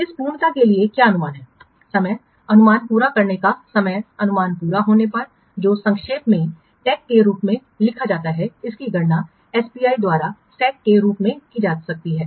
इस पूर्णता के लिए क्या अनुमान है समय अनुमान पूरा करने का समय अनुमान पूरा होने पर जो संक्षेप में टीईएसी के रूप में लिखा जाता है इसकी गणना एसपीआई द्वारा सैक के रूप में की जा सकती है